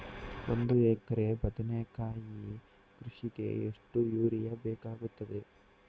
ಒಂದು ಎಕರೆ ಬದನೆಕಾಯಿ ಕೃಷಿಗೆ ಎಷ್ಟು ಯೂರಿಯಾ ಬೇಕಾಗುತ್ತದೆ?